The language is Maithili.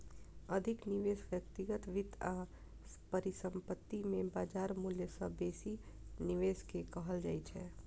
अधिक निवेश व्यक्तिगत वित्त आ परिसंपत्ति मे बाजार मूल्य सं बेसी निवेश कें कहल जाइ छै